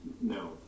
No